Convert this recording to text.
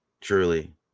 truly